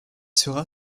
sera